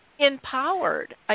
empowered